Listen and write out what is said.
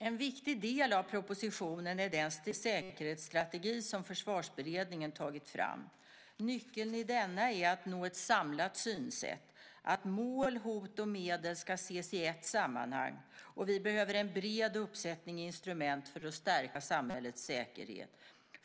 En viktig del av propositionen är den säkerhetsstrategi som Försvarsberedningen tagit fram. Nyckeln i denna är att nå ett samlat synsätt, att mål, hot och medel ska ses i ett sammanhang. Vi behöver en bred uppsättning instrument för att stärka samhällets säkerhet.